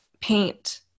paint